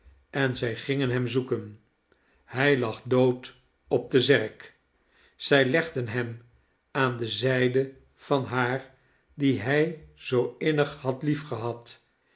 en zij gingen hem zoeken hij lag dood op de zerk zij legden hem aan de zijde van haar die hij zoo innig had